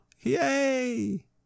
yay